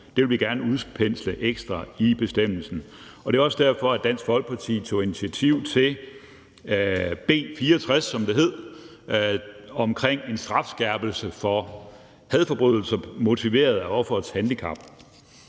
Det vil vi gerne have udpenslet ekstra i bestemmelsen. Og det er også derfor, at Dansk Folkeparti tog initiativ til B 64, som det hed, omkring en strafskærpelse for hadforbrydelser motiveret af offerets handicap.